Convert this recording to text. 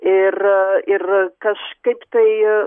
ir ir kažkaip tai